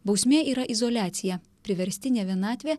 bausmė yra izoliacija priverstinė vienatvė